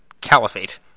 caliphate